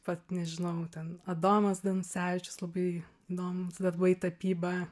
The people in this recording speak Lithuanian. vat nežinau ten adomas danusevičius labai įdomu darbai tapyba